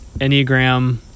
Enneagram